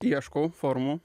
ieškau formų